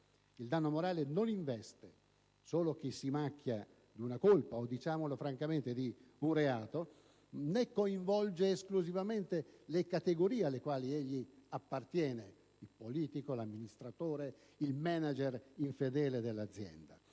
il danno morale non investe solo chi si macchia di una colpa o - diciamolo francamente - di un reato, né coinvolge esclusivamente le categorie alle quali egli appartiene (il politico, l'amministratore, il *manager* infedele dell'azienda),